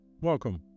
Welcome